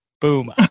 Boom